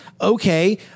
Okay